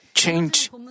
Change